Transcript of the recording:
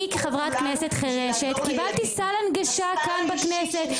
אני כחברת כנסת חירשת קיבלתי סל הנגשה כאן בכנסת,